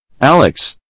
Alex